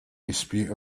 dispute